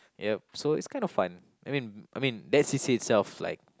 yup so it's kind of fun I mean I mean that's c_c_a itself like